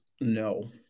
no